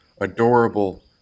adorable